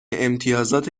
امتیازات